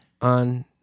on